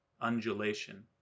undulation